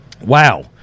wow